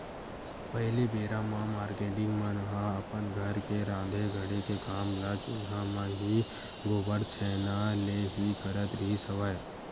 पहिली बेरा म मारकेटिंग मन ह अपन घर के राँधे गढ़े के काम ल चूल्हा म ही, गोबर छैना ले ही करत रिहिस हवय